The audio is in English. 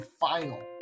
final